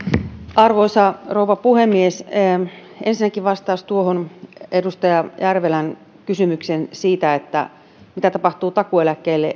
arvoisa rouva puhemies ensinnäkin vastaus tuohon edustaja järvisen kysymykseen siitä mitä tapahtuu takuueläkkeelle